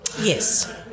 Yes